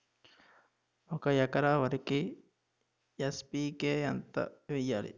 ఒక ఎకర వరికి ఎన్.పి కే ఎంత వేయాలి?